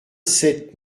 sept